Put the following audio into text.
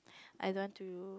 I want to